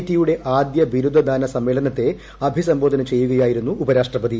റ്റിയുടെ ആദ്യ ബിരുദദാന സമ്മേളനത്തെ അഭിസംബോധന ചെയ്യുകയായിരുന്നു ഉപരാഷ്ട്രപതി